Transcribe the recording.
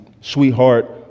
sweetheart